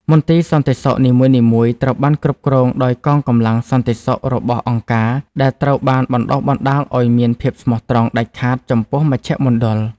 មន្ទីរសន្តិសុខនីមួយៗត្រូវបានគ្រប់គ្រងដោយកងកម្លាំងសន្តិសុខរបស់អង្គការ ដែលត្រូវបានបណ្តុះបណ្តាលឱ្យមានភាពស្មោះត្រង់ដាច់ខាតចំពោះមជ្ឈមណ្ឌល។